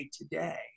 today